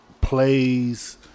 plays